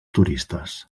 turistes